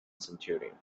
centurion